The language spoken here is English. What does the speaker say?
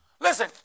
Listen